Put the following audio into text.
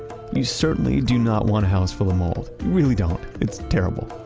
you certainly do not want a house full of mold, really don't. it's terrible.